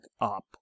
up